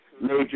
Major